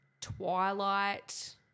twilight